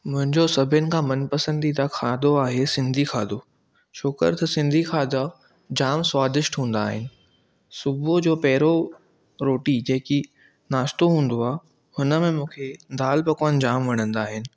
मुंहिंजो सभिनि खां मन पसंदीदा खाधो आहे सिंधी खाधो छो कर त सिंधी खाधा जाम स्वादिष्ट हूंदा आहिनि सुबुह जो पंहिंरों रोटी जेकी नाश्तो हूंदो आहे हुन में मूंखे दाल पकवान जाम वणंदा आहिनि